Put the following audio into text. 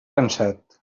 cansat